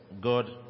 God